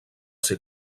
ser